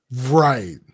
Right